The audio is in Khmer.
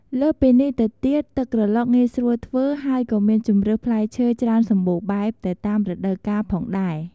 លើសពីនេះទៅទៀត ទឹកក្រឡុកងាយស្រួលធ្វើ ហើយក៏មានជម្រើសផ្លែឈើច្រើនសម្បូរបែប ទៅតាមរដូវកាលផងដែរ។